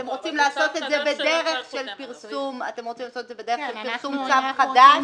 אתם רוצים לעשות את זה בדרך של פרסום צו חדש?